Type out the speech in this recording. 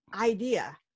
idea